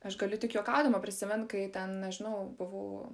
aš galiu tik juokaudama prisimint kai ten nežinau buvau